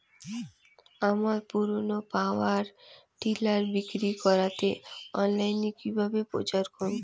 আমার পুরনো power tiller বিক্রি করাতে অনলাইনে কিভাবে প্রচার করব?